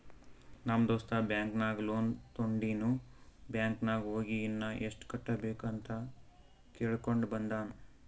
ನಮ್ ದೋಸ್ತ ಬ್ಯಾಂಕ್ ನಾಗ್ ಲೋನ್ ತೊಂಡಿನು ಬ್ಯಾಂಕ್ ನಾಗ್ ಹೋಗಿ ಇನ್ನಾ ಎಸ್ಟ್ ಕಟ್ಟಬೇಕ್ ಅಂತ್ ಕೇಳ್ಕೊಂಡ ಬಂದಾನ್